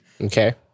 Okay